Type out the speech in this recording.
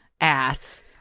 ass